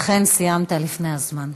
אכן, סיימת לפני הזמן.